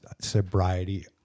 sobriety